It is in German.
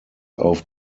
auf